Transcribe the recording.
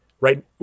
right